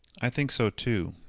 i think so, too,